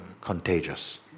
contagious